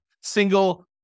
single